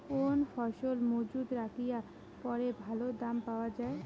কোন ফসল মুজুত রাখিয়া পরে ভালো দাম পাওয়া যায়?